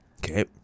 Okay